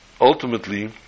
ultimately